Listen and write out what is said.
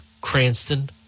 Cranston